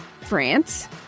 France